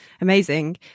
Amazing